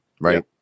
right